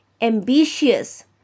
ambitious